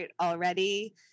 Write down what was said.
already